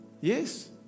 Yes